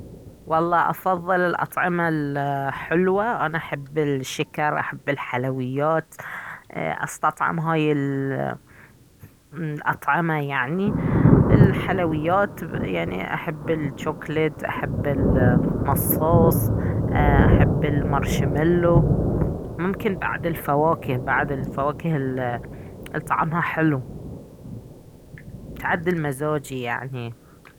والله افضل الأطعمة الحلوة انا احب الشكر احب الحلويات ايه استطعم هاي الأطعمة يعني الحلويات يعني احب الجوكلت احب المصاص احب المارشميلو ممكن بعد الفراكه بعد الفواكه الي طعمها حلو تعدل مزاجي يعني